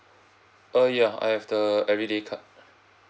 uh ya I have the everyday card